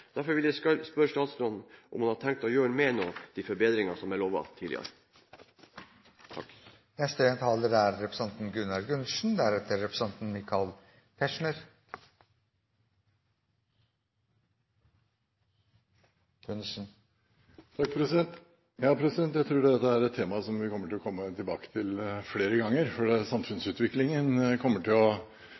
Derfor vil jeg spørre statsråden om han nå har tenkt å gjøre noe mer knyttet til de forbedringene som er lovet tidligere. Jeg tror dette er et tema som vi kommer til å komme tilbake til flere ganger, for samfunnsutviklingen kommer til å